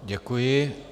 Děkuji.